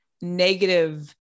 negative